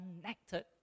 connected